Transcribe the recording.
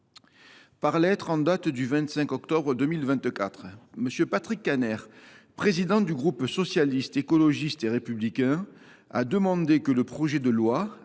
Par lettre en date du 25 octobre, M. Patrick Kanner, président du groupe Socialiste, Écologiste et Républicain, a demandé que le projet de loi,